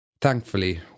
Thankfully